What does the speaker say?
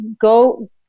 go –